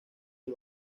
del